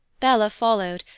bella followed,